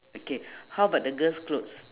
okay how about the girl's clothes